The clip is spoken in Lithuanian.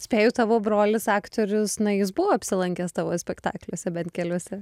spėju tavo brolis aktorius na jis buvo apsilankęs tavo spektakliuose bent keliuose